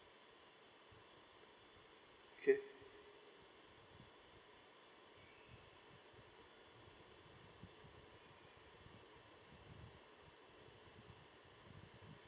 okay